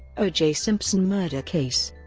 o. j. simpson murder case